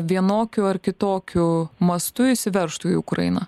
vienokiu ar kitokiu mastu įsiveržtų į ukrainą